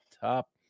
top